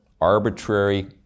arbitrary